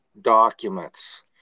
documents